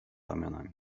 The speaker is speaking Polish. ramionami